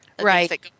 right